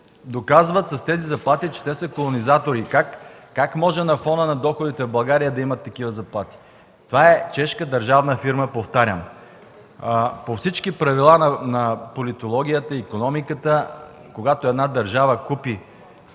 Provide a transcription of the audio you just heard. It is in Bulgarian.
доказват със своите заплати, че са колонизатори. Как може на фона на доходите в България да имат такива заплати?! Това е чешка държавна фирма, повтарям. По всички правила на политологията и икономиката, когато една държава купи